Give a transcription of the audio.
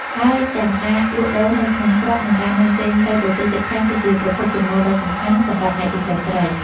ហើយទាំងការលក់ដូរនៅក្នុងស្រុក និងការនាំចេញទៅប្រទេសជិតខាង គឺជាប្រភពចំណូលដ៏សំខាន់សម្រាប់អ្នកចិញ្ចឹមត្រី។